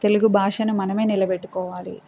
తెలుగు భాషను మనమే నిలబెట్టుకోవాలి